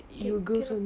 can cannot